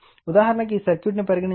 ఉదాహరణకు ఈ సర్క్యూట్ ను పరిగణించండి